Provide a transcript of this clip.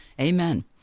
Amen